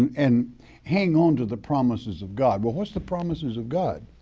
and hang on to the promises of god. well, what's the promises of god?